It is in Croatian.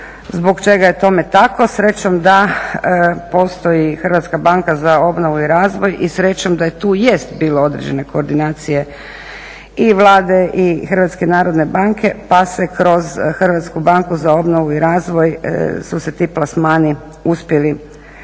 zbog čega je tome tako. Srećom da postoji Hrvatska banka za obnovu i razvoj i srećom da tu jest bilo određene koordinacije i Vlade i Hrvatske narodne banke, pa se kroz Hrvatsku banku za obnovu i razvoj su se ti plasmani uspjeli nešto